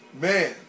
Man